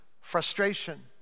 frustration